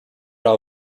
all